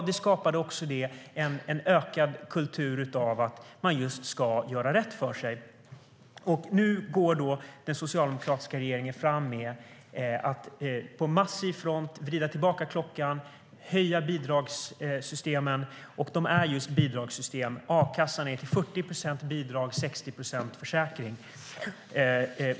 Det skapade en ökad kultur av att man just ska göra rätt för sig. Nu går den socialdemokratiska regeringen fram på massiv front och vrider tillbaka klockan och höjer bidragen i bidragssystemen. Och det handlar just om bidragssystem. A-kassan är till 40 procent bidrag och till 60 procent försäkring.